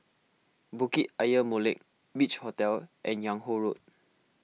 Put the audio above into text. Bukit Ayer Molek Beach Hotel and Yung Ho Road